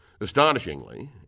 Astonishingly